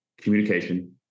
communication